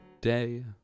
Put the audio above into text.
day